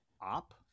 OP